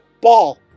ball